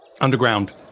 underground